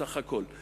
בסך הכול.